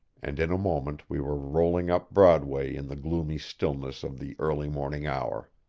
and in a moment we were rolling up broadway in the gloomy stillness of the early morning hour.